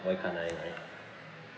that kind I I